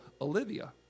Olivia